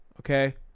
okay